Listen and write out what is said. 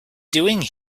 doing